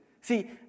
See